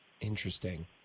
Interesting